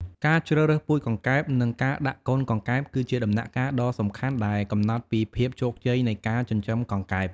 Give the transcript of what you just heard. ការជ្រើសរើសពូជកង្កែប និង ការដាក់កូនកង្កែប គឺជាដំណាក់កាលដ៏សំខាន់ដែលកំណត់ពីភាពជោគជ័យនៃការចិញ្ចឹមកង្កែប។